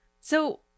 So-